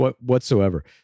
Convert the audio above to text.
whatsoever